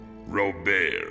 Robert